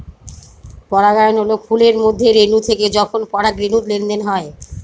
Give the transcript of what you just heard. পরাগায়ন হল ফুলের মধ্যে রেনু থেকে যখন পরাগরেনুর লেনদেন হয়